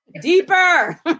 deeper